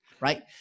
right